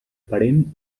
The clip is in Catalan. parent